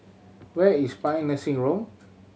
where is Paean Nursing Home